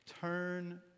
turn